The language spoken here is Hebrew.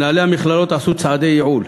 מנהלי המכללות עשו צעדי ייעול,